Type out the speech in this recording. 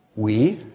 we.